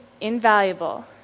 invaluable